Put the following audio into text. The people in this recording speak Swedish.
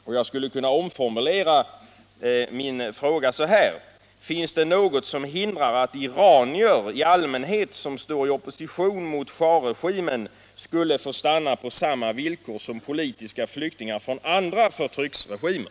Min fråga skulle kunna omformuleras så här: Finns det något som hindrar att iranier i allmänhet som står i opposition mot shahregimen får stanna på samma villkor som politiska flyktingar från andra förtryckarregimer?